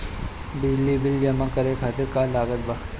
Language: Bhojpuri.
बिजली बिल जमा करे खातिर का का लागत बा?